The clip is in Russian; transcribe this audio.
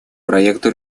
проекту